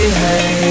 hey